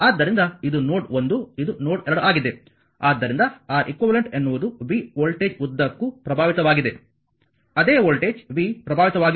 ಆದ್ದರಿಂದ R eq ಎನ್ನುವುದು v voltage ಉದ್ದಕ್ಕೂ ಪ್ರಭಾವಿತವಾಗಿದೆ ಅದೇ ವೋಲ್ಟೇಜ್ v ಪ್ರಭಾವಿತವಾಗಿರುತ್ತದೆ